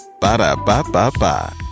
Ba-da-ba-ba-ba